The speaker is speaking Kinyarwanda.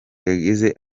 yagize